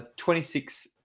26